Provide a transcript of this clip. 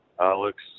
Alex